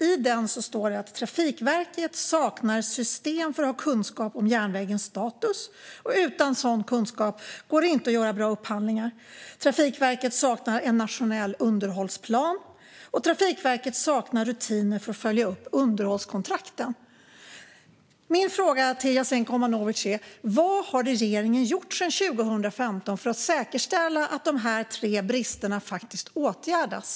I den står det att Trafikverket saknar system för att ha kunskap om järnvägens status, och utan sådan kunskap går det inte att göra bra upphandlingar. Trafikverket saknar en nationell underhållsplan, och Trafikverket saknar rutiner för att följa upp underhållskontrakten. Vad har regeringen gjort, Jasenko Omanovic, sedan 2015 för att säkerställa att de tre bristerna faktiskt åtgärdas?